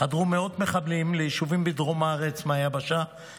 חדרו מאות מחבלים ליישובים בדרום הארץ מהיבשה,